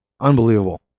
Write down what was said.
unbelievable